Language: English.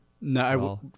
No